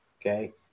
okay